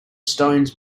stones